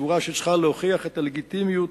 שסבורה שהיא צריכה להוכיח את הלגיטימיות